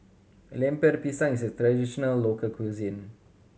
Lemper Pisang is a traditional local cuisine